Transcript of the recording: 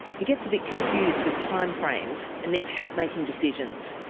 he gets a bit confused with timeframes and needs help making decisions.